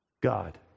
God